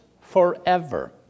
forever